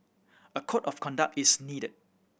a code of conduct is needed